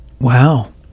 wow